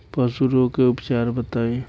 पशु रोग के उपचार बताई?